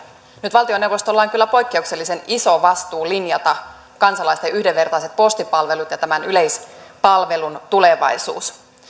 nyt valtioneuvostolla on kyllä poikkeuksellisen iso vastuu linjata kansalaisten yhdenvertaiset postipalvelut ja tämän yleispalvelun tulevaisuus